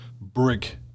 brick